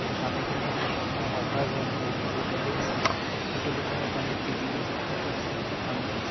মানে পানীখিনি হয়তো মই অভাৰ গৰম কৰি দিলোঁ উতলি আছিলে উতলি থকা পানীত দি দিলোঁ সেইটো আচলতে পানী